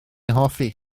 hoffi